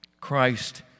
Christ